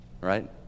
right